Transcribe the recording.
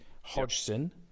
Hodgson